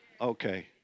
Okay